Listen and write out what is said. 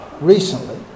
recently